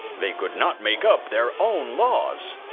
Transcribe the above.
they could not make up their own laws.